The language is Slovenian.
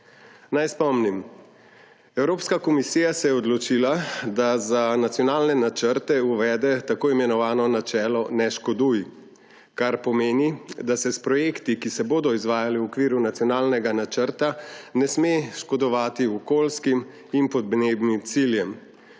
Naj spomnim, Evropska komisija se je odločila, da za nacionalne načrte uvede tako imenovano načelo »ne škoduj«, kar pomeni, da se s projekti, ki se bodo izvajali v okviru nacionalnega načrta, ne sme škodovati okoljskim in podnebnim ciljem.